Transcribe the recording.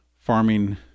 farming